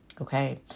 Okay